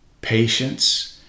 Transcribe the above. patience